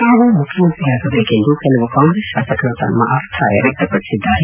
ತಾವು ಮುಖ್ಯಮಂತ್ರಿಯಾಗಬೇಕೆಂದು ಕೆಲವು ಕಾಂಗ್ರೆಸ್ ತಾಸಕರು ತಮ್ಮ ಅಭಿಪ್ರಾಯ ವ್ಯಕ್ತಪಡಿಸಿದ್ದಾರೆ